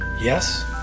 Yes